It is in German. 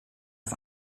auf